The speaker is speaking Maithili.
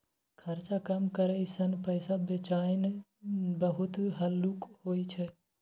खर्चा कम करइ सँ पैसा बचेनाइ बहुत हल्लुक होइ छै